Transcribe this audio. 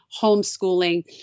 homeschooling